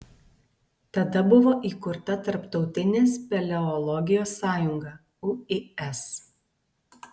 tada buvo įkurta tarptautinė speleologijos sąjunga uis